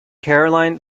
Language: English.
caroline